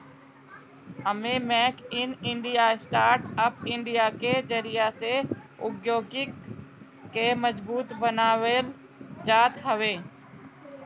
एमे make in India, startup India के जरिया से औद्योगिकी के मजबूत बनावल जात हवे